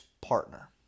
partner